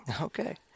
Okay